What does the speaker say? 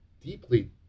deeply